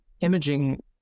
imaging